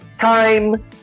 time